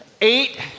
Eight